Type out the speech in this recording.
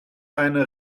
eine